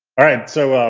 all right, so,